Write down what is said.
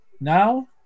now